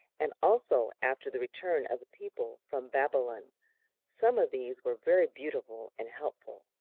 and also after the return of the people from babylon some of these were very beautiful and helpful.